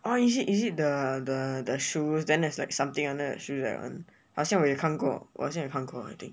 oh is it is it the the the shoe then there's like something under the shoe that one 我好像有看过我好像有看过